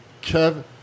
Kevin